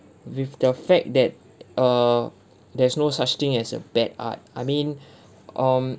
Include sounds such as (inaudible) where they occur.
with the fact that err there's no such thing as a bad art I mean (breath) um